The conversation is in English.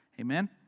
amen